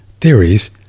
theories